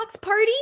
party